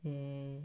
mm